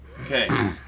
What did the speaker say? Okay